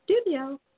studio